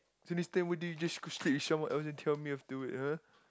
so next time why do you just sleep sleep with someone else then tell me afterward !huh!